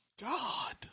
God